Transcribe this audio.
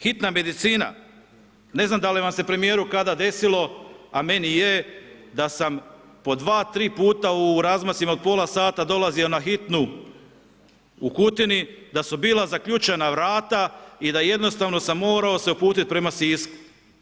Hitna medicina, ne znam da li vam se premijeru kada desilo a meni je da sam pod 2, 3 puta u razmacima od pola sata dolazio na hitnu u Kutini, da su bila zaključana vrata i da jednostavno sam morao se uputiti prema Sisku.